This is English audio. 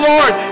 Lord